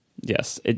yes